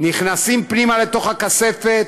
נכנסים פנימה לתוך הכספת,